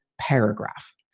paragraph